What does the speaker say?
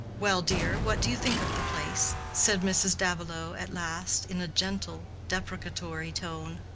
well, dear, what do you think of the place, said mrs. davilow at last, in a gentle, deprecatory tone.